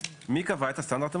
מי קבע את הסטנדרט המקובל?